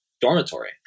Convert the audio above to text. dormitory